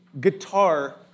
guitar